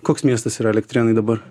koks miestas yra elektrėnai dabar